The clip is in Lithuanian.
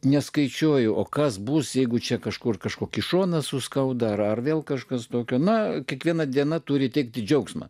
neskaičiuoju o kas bus jeigu čia kažkur kažkokį šoną suskauda ar vėl kažkas tokio na kiekviena diena turi teikti džiaugsmą